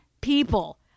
people